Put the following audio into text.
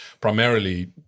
Primarily